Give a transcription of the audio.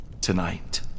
tonight